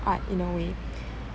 art in a way